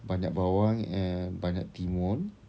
banyak bawang and banyak timun